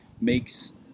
makes